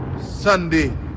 Sunday